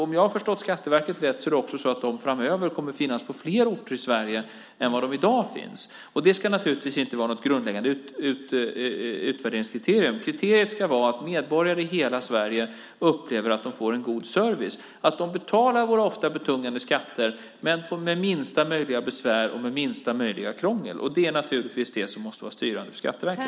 Om jag har förstått Skatteverket rätt ska de framöver finnas på fler orter i Sverige än de i dag finns på. Det ska naturligtvis inte vara något grundläggande utvärderingskriterium. Kriteriet ska vara att medborgare i hela Sverige upplever att de får en god service, att de betalar våra ofta betungande skatter men med minsta möjliga besvär och med minsta möjliga krångel. Det är det som måste vara styrande för Skatteverket.